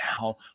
now